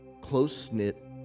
close-knit